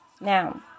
Now